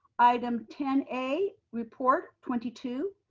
item ten a, report twenty two,